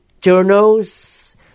journals